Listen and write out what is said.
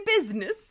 business